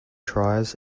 tries